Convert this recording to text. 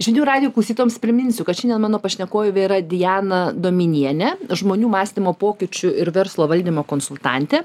žinių radijo klausytojams priminsiu kad šiandien mano pašnekovė yra diana dominienė žmonių mąstymo pokyčių ir verslo valdymo konsultantė